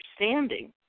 understanding